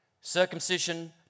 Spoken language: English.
Circumcision